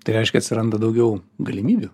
tai reiškia atsiranda daugiau galimybių